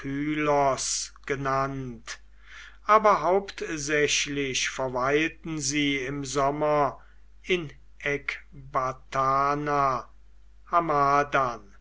genannt aber hauptsächlich verweilten sie im sommer in ekbatana